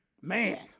man